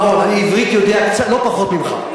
בר-און, אני עברית יודע לא פחות ממך.